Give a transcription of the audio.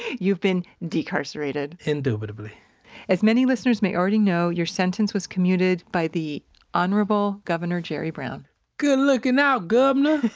you've been decarcerated indubitably as many listeners may already know, your sentence was commuted by the honorable governor jerry brown good looking out, governor!